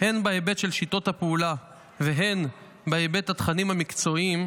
הן בהיבט של שיטות הפעולה והן בהיבט התכנים המקצועיים,